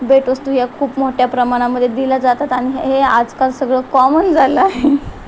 भेटवस्तू या खूप मोठ्या प्रमाणामध्ये दिल्या जातात आणि हे आजकाल सगळं कॉमन झालं आहे